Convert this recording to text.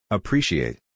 Appreciate